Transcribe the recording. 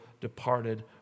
departed